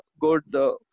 good